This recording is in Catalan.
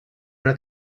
una